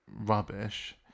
rubbish